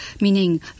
meaning